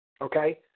okay